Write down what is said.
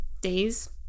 days